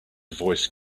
voice